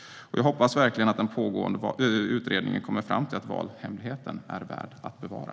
Jag hoppas verkligen att den pågående utredningen kommer fram till att valhemligheten är värd att bevara.